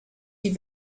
die